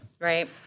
right